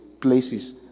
places